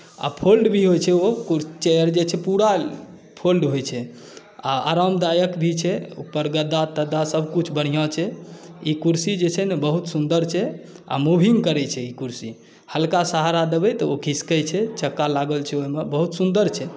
आ फोल्ड भी होइत छै ओ चेयर जे छै पूरा फोल्ड होइत छै आ आरामदायक भी छै ऊपर गद्दा तद्दा सभकुछ बढ़िआँ छै ई कुरसी जे छै ने बहुत सुन्दर छै आ मूविंग करैत छै ई कुरसी हलका सहारा देबै तऽ ओ खिसकैत छै चक्का लागल छै ओहिमे बहुत सुन्दर छै